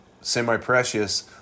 semi-precious